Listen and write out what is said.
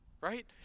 Right